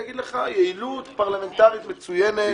אני אגיד לך, יעילות פרלמנטרית מצוינת באמת.